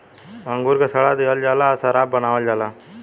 अंगूर के सड़ा दिहल जाला आ शराब बनावल जाला